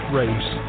race